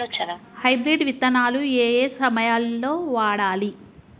Hybrid విత్తనాలు ఏయే సమయాల్లో వాడాలి?